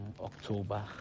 october